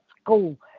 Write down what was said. school